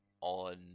on